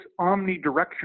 omnidirectional